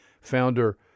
founder